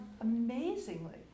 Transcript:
amazingly